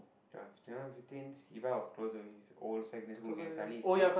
two thousand and fifteen Siva was close to his old secondary school gang suddenly he start